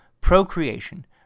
procreation